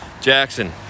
Jackson